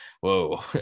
whoa